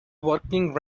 working